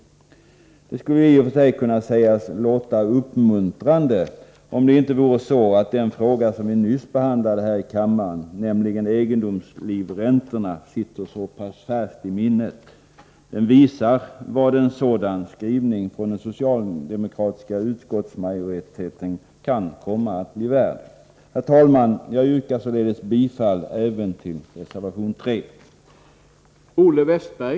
Detta skulle ju i och för sig kunna sägas låta uppmuntrande, om det inte vore så att den fråga som vi nyss behandlade här i kammaren, nämligen egendomslivräntorna, sitter så pass färskt i minnet. Den visar vad en sådan skrivning från den socialdemokratiska utskottsmajoriteten kan komma att bli värd. Herr talman! Jag yrkar således bifall även till reservation 3.